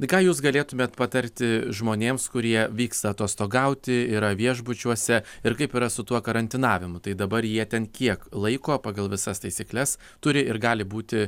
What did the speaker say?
tai ką jūs galėtumėt patarti žmonėms kurie vyksta atostogauti yra viešbučiuose ir kaip yra su tuo karantinavimu tai dabar jie ten kiek laiko pagal visas taisykles turi ir gali būti